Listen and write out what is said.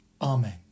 Amen